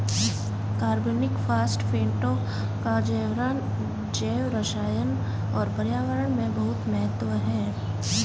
कार्बनिक फास्फेटों का जैवरसायन और पर्यावरण में बहुत महत्व है